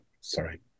Sorry